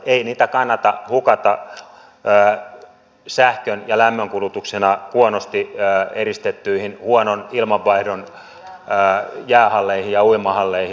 ei niitä kannata hukata sähkön ja lämmön kulutuksena huonosti eristettyihin huonon ilmanvaihdon jäähalleihin ja uimahalleihin